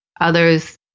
others